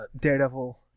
Daredevil